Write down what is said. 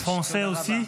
יש גם בצרפתית?